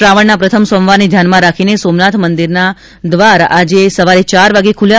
શ્રાવણના પ્રથમ સોમવારને ધ્યાનમાં રાખીને સોમનાથ મંદિરના દ્વારા આજે સવારે ચાર વાગે ખૂલ્યા